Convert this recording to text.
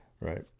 Right